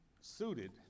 suited